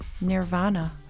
Nirvana